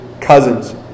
cousins